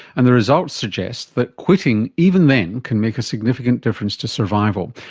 and the results suggest that quitting even then can make a significant difference to survival.